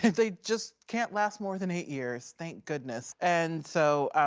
they just can't last more than eight years. thank goodness. and so,